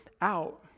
out